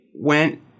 went